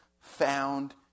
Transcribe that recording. found